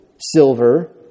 silver